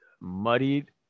muddied